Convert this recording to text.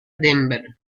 denver